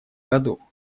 году